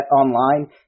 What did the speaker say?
Online